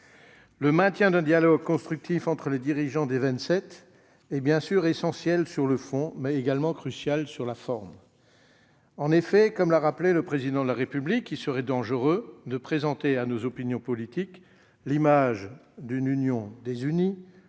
Le maintien d'un dialogue constructif entre les dirigeants des Vingt-Sept est bien sûr essentiel sur le fond, mais également crucial sur la forme. En effet, comme l'a rappelé le Président de la République, il serait dangereux de présenter à nos opinions publiques l'image d'une Union